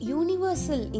universal